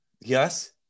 yes